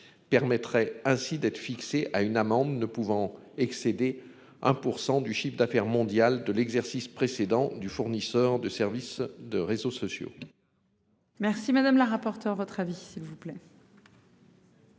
permettrait ainsi d'être fixé à une amende ne pouvant excéder 1% du chiffre d'affaires mondial de l'exercice précédent du fournisseur de services de réseaux sociaux. Merci madame la rapporteure votre avis s'il vous plaît.